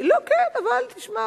לא, כן, אבל תשמע.